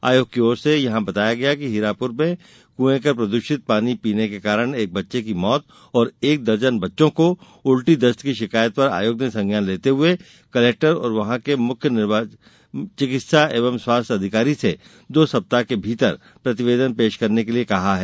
आयोग की ओर से यहां बताया गया कि हीरापुर में कुए का प्रदूषित पानी पीने के कारण एक बच्चे की मौत और एक दर्जन बच्चो को उल्टी दस्त की शिकायत पर आयोग ने संज्ञान लेते हुए कलेक्टर और वहां के मुख्य चिकित्सा एवं स्वस्थ्य अधिकारी से दो सप्ताह में प्रतिवेदन पेश करने के लिए कहा है